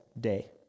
day